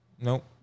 Nope